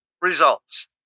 Results